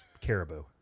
Caribou